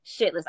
shitless